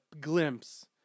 glimpse